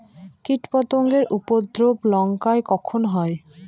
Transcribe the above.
কীটপতেঙ্গর উপদ্রব লঙ্কায় কখন হয়?